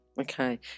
okay